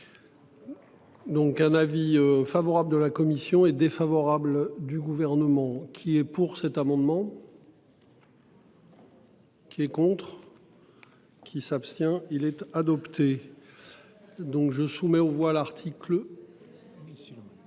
Donc un avis favorable de la commission est défavorable du gouvernement qui est pour cet amendement. Qui est contre. Qui s'abstient-il être adopté. Donc je soumets aux voix l'article.